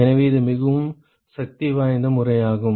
எனவே இது மிகவும் சக்திவாய்ந்த முறையாகும்